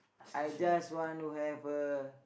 I just want to have a